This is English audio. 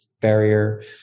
barrier